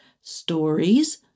stories